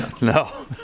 no